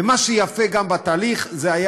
וגם מה שהיה יפה בתהליך זה,